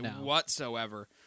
whatsoever